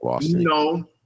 no